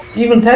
even